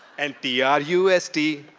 and t r u s t.